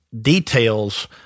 details